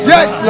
Yes